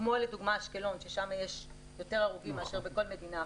כמו לדוגמה אשקלון ששם יש יותר הרוגים מאשר בכל עיר אחרת.